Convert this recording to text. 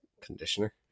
conditioner